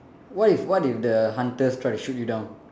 what if what if the hunters try to shoot you down